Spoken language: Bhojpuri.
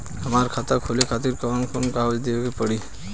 हमार खाता खोले खातिर कौन कौन कागज देवे के पड़ी?